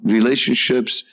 Relationships